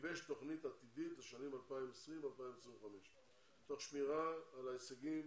וגיבש תוכנית עתידית לשנים 2025-2020 תוך שמירה על ההישגים